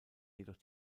jedoch